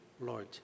Lord